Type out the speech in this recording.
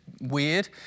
Weird